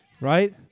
Right